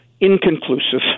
inconclusive